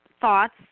thoughts